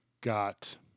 Got